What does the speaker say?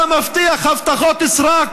אתה מבטיח הבטחות סרק,